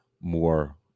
more